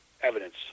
Evidence